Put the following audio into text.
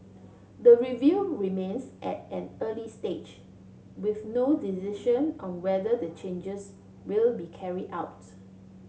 the review remains at an early stage with no decision on whether the changes will be carry out